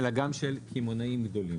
אלא גם של קמעונאים גדולים.